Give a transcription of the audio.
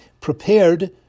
prepared